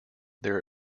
their